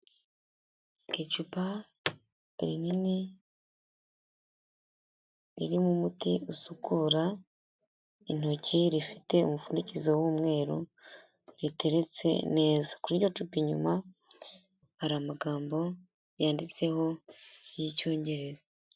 Icupa rinini ririmo umuti usukura intoki, rifite umupfundikizo w'umweru, riteretse neza, kuri iryo cupa inyuma hari amagambo yanditseho y'icyongereza.